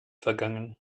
vergangen